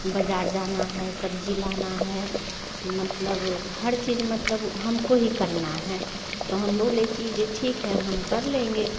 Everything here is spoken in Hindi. बाज़ार जाना है सब्ज़ी लाना है मतलब हर चीज़ मतलब हमको ही करना है तो हम बोले की जे ठीक है हम कर लेंगे